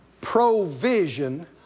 provision